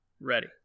Ready